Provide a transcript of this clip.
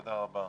תודה רבה.